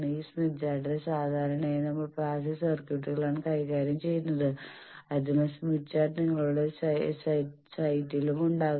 ഈ സ്മിത്ത് ചാർട്ടിൽ സാധാരണയായി നമ്മൾ പാസ്സീവ് സർക്യൂട്ടുകളാണ് കൈകാര്യം ചെയ്യുന്നത് അതിനാൽ സ്മിത്ത് ചാർട്ട് നിങ്ങളുടെ സൈറ്റിലും ഉണ്ടാക്കും